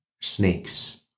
snakes